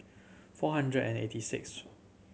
four hundred and eighty sixth